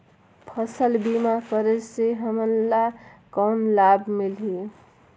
फसल बीमा करे से हमन ला कौन लाभ मिलही?